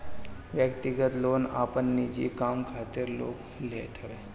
व्यक्तिगत लोन आपन निजी काम खातिर लोग लेत हवे